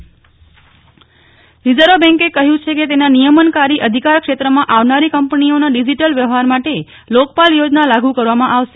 Nehal Thakkar RBI reserve બેંકે કહ્યું છે કે તેના નિયમનકારી અધિકાર ક્ષેત્રમાં આવનારી કંપનીઓના ડિજીટલ વ્યવહાર માટે લોકપાલ યોજના લાગુ કરવામાં આવશે